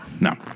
no